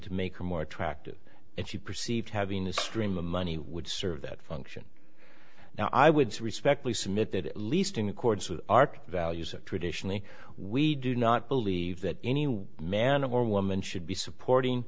to make her more attractive and she perceived having a stream of money would serve that function now i would respectfully submit that at least in accordance with our values that traditionally we do not believe that any man or woman should be supporting